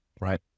right